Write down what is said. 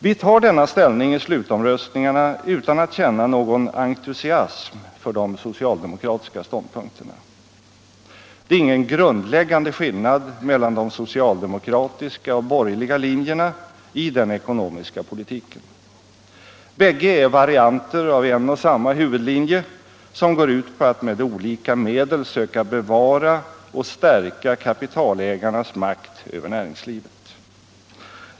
Vi tar denna ställning i slutomröstningarna utan att känna någon entusiasm för de socialdemokratiska ståndpunkterna. Det är ingen grundläggande skillnad mellan de socialdemokratiska och de borgerliga linjerna i den ekonomiska politiken. Bägge är varianter av en och samma huvudlinje som går ut på att med olika medel söka bevara och stärka kapitalägarnas makt över näringslivet.